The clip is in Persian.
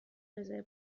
رزرو